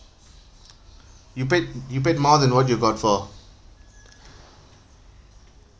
you bet you bet more than what you got for